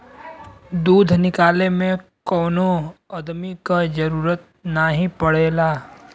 दूध निकाले में कौनो अदमी क जरूरत नाही पड़ेला